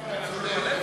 אם אתה צודק,